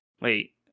Wait